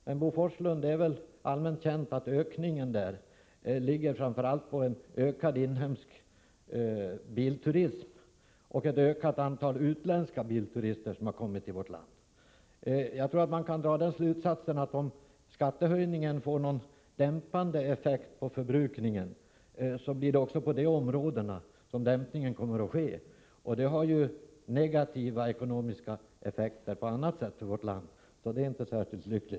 Men, Bo Forslund, det är väl allmänt känt att den ökningen framför allt hänför sig till en ökad inhemsk bilturism och ett ökat antal utländska bilturister som kommit till vårt land. Jag tror att man kan dra den slutsatsen, att om skattehöjningen skulle få någon dämpande effekt på förbrukningen, kommer den dämpningen att ske på just dessa områden. Detta får i så fall ett annat slag av negativa effekter för vårt land, vilket inte är särskilt lyckat.